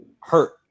hurt